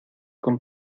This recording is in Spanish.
con